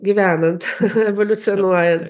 gyvenant evoliucijonuojant